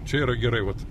čia yra gerai vat